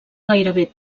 gairebé